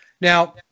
Now